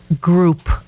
group